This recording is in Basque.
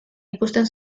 ikusten